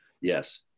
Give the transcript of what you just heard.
yes